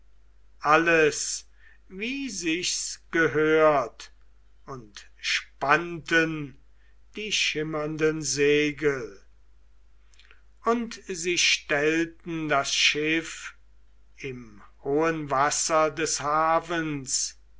alles wie sich's gehört und spannten die schimmernden segel und sie stellten das schiff im hohen wasser des hafens